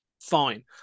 Fine